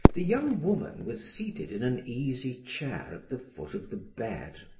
the young woman was seated in an easy-chair at the foot of the bed.